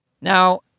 Now